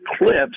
eclipse